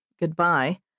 goodbye